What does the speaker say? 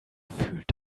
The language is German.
fühlt